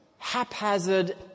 haphazard